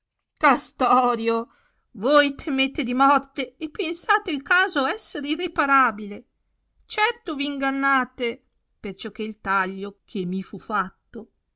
castorio voi temete di morte e pensate il caso esser irreparabile certo v ingannate perciò che il taglio che mi fu fatto